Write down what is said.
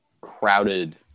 crowded